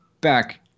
back